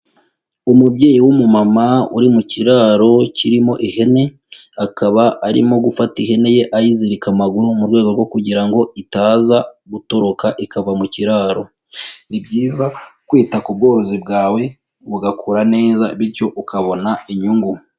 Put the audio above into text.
Umubyeyi w'umumama uri mu kiraro kirimo ihene, akaba arimo gufata ihene ye ayizirika amaguru mu rwego rwo kugira ngo itaza gutoroka ikava mu kiraro. Ni byiza kwita ku bworozi bwawe bugakura neza bityo ukabona inyungu.